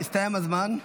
הסתיים הזמן.